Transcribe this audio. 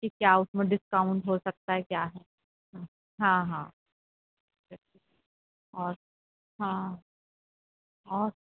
کہ کیا اس میں ڈسکاؤنٹ ہو سکتا ہے کیا ہے ہاں ہاں اور ہاں اور